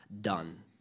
done